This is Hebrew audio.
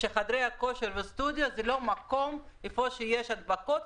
שחדרי הכושר והסטודיו הם לא מקומות שבהם יש הדבקות.